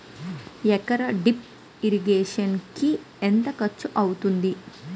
ఎకర drip irrigation కి ఎంత ఖర్చు అవుతుంది?